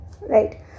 Right